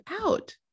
out